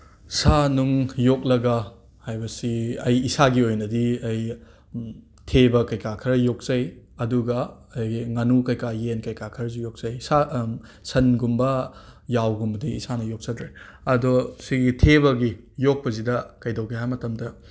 ꯁꯥ ꯅꯨꯡ ꯌꯣꯛꯂꯒ ꯍꯥꯏꯕꯁꯤ ꯑꯩ ꯏꯁꯥꯒꯤ ꯑꯣꯏꯅꯗꯤ ꯑꯩ ꯊꯦꯕ ꯀꯩꯀꯥ ꯈꯔ ꯌꯣꯛꯆꯩ ꯑꯗꯨꯒ ꯑꯩꯒꯤ ꯉꯥꯅꯨ ꯀꯩꯀꯥ ꯌꯦꯟ ꯀꯩꯀꯥ ꯈꯔꯁꯨ ꯌꯣꯛꯆꯩ ꯁꯥ ꯁꯟꯒꯨꯝꯕ ꯌꯥꯎꯒꯨꯝꯕꯗꯤ ꯏꯁꯥꯅ ꯌꯣꯛꯆꯗ꯭ꯔꯦ ꯑꯗꯣ ꯁꯤꯒꯤ ꯊꯦꯕꯒꯤ ꯌꯣꯛꯄꯁꯤꯗ ꯀꯩꯗꯧꯒꯦ ꯍꯥꯏ ꯃꯇꯝꯗ